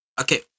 Okay